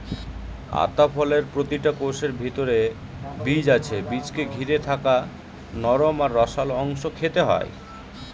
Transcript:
আতা ফলের প্রতিটা কোষের ভিতরে বীজ আছে বীজকে ঘিরে থাকা নরম আর রসালো অংশ খেতে হয়